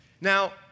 Now